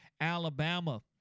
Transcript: Alabama